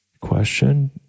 question